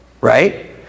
right